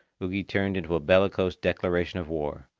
ugi turned into a bellicose declaration of war,